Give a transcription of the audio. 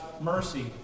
mercy